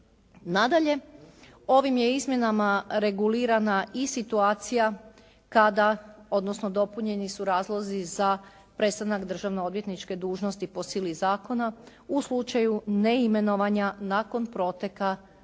Nadalje, ovim je izmjenama regulirana i situacija kada, odnosno dopunjeni su razlozi za prestanak državnoodvjetničke dužnosti po sili zakona u slučaju neimenovanja nakon proteka